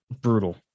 brutal